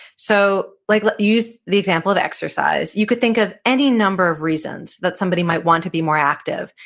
so you like like used the example of exercise. you could think of any number of reasons that somebody might want to be more active.